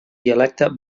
dialecte